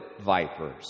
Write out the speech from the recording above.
vipers